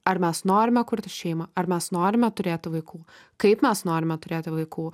ar mes norime kurti šeimą ar mes norime turėti vaikų kaip mes norime turėti vaikų